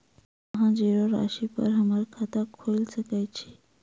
अहाँ जीरो राशि पर हम्मर खाता खोइल सकै छी?